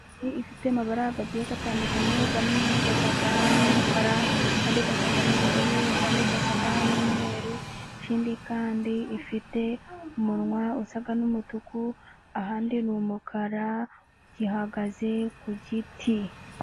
Inyoni ifite amabara agiye atandukanye, amwe asa n'umukara, andi asa n'ubururu, ayandi asa n'umweru, ikindi kandi ifite umunwa usa n'umutuku, ahandi ni umukara, ihagaze ku giti.